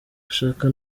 gushaka